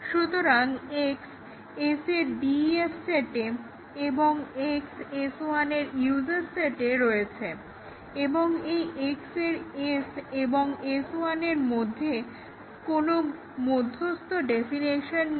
সুতরাং X S এর DEF সেটে এবং X S1 এর USES সেটে রয়েছে এবং এই X এর S এবং S1 এর মধ্যে কোনো মধ্যস্থ ডেফিনেশন নেই